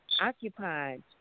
occupied